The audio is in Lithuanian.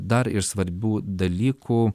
dar iš svarbių dalykų